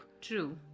True